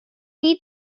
need